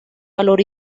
valor